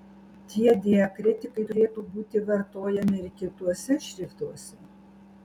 tie diakritikai turėtų būti vartojami ir kituose šriftuose